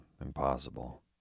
impossible